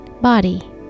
body